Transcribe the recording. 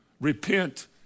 repent